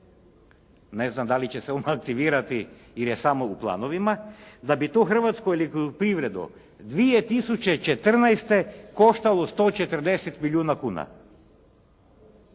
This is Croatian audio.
ne znam dali će se on aktivirati, jer je samo u planovima, da bi to hrvatsku elektroprivredu 2014. koštalo 140 milijuna kuna.